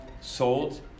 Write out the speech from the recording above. sold